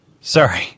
Sorry